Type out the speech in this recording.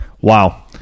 Wow